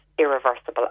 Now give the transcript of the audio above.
irreversible